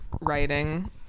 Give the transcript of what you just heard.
writing